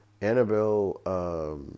Annabelle